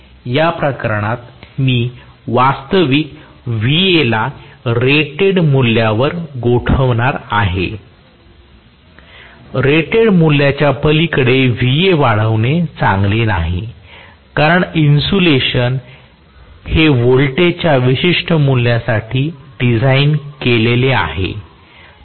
या प्रकरणात मी वास्तविक Va ला रेटेड मूल्यावर गोठवणार आहे रेटेड मूल्याच्या पलीकडे Va वाढवणे चांगले नाही कारण इन्सुलेशन हे व्होल्टेजच्या विशिष्ट मूल्यासाठी डिझाइन केलेले आहे